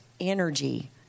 energy